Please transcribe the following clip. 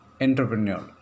entrepreneurial